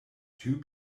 two